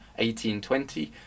1820